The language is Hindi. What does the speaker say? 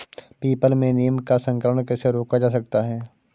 पीपल में नीम का संकरण कैसे रोका जा सकता है?